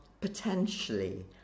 potentially